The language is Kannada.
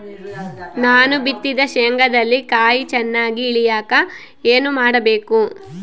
ನಾನು ಬಿತ್ತಿದ ಶೇಂಗಾದಲ್ಲಿ ಕಾಯಿ ಚನ್ನಾಗಿ ಇಳಿಯಕ ಏನು ಮಾಡಬೇಕು?